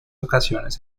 ocasiones